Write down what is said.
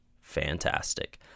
fantastic